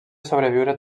sobreviure